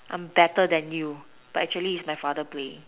I'm better than you but actually is my father play